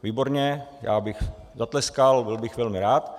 Výborně, já bych zatleskal, byl bych velmi rád.